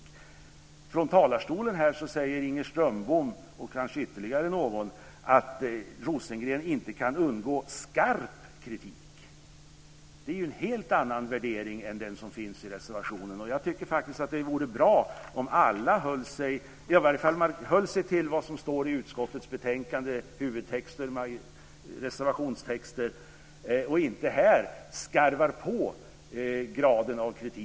Men från talarstolen här säger Inger Strömbom, och kanske ytterligare någon, att Rosengren inte kan undgå skarp kritik. Det är ju en helt annan värdering än den som finns i reservationen. Det är bra om alla håller sig till huvudtexten och reservationstexterna i utskottets betänkande och inte här skarvar på graden av kritik.